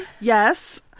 yes